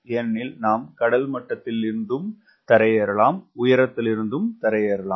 ஏனெனில் நாம் கடல்மட்டத்தில் இருந்தும் தரையேறலாம் உயரத்திலிருந்தும் தரையேறலாம்